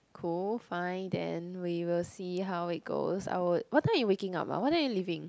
cool fine then we will see how it goes I would what time you waking up ah what time you leaving